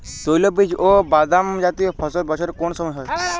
তৈলবীজ ও বাদামজাতীয় ফসল বছরের কোন সময় হয়?